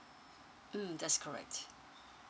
mm that's correct